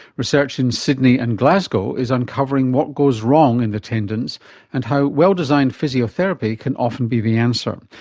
research in sydney and glasgow is uncovering what goes wrong in the tendons and how well-designed physiotherapy can often be the answer.